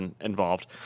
involved